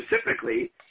specifically